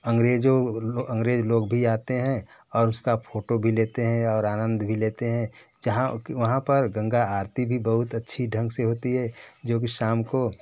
अंग्रेज़ो अंग्रेज़ लोग भी आते हैं और उसका फ़ोटो भी लेते हैं और आनंद भी लेते हैं जहाँ कि वहाँ पर गंगा आरती भी बहुत अच्छे ढंग से होती है जो कि शाम को